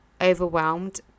overwhelmed